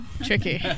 tricky